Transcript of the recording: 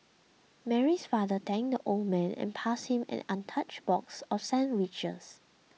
Mary's father thanked the old man and passed him an untouched box of sandwiches